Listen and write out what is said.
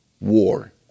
war